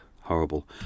horrible